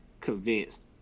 convinced